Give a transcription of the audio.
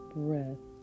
breath